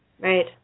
Right